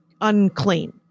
unclean